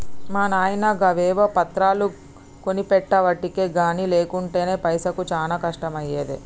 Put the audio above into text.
మా నాయిన గవేవో పత్రాలు కొనిపెట్టెవటికె గని లేకుంటెనా పైసకు చానా కష్టమయ్యేది